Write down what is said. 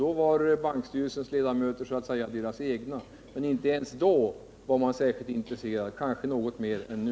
Tidigare var bankstyrelsernas ledamöter så att säga deras egna — inte ens då var man särskilt intresserad av utbildning men kanske något mer än nu.